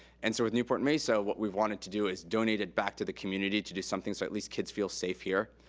and so with newport-mesa, what we've wanted to do is donate it back to the community to do something so at least kids feel safe here.